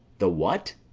the what?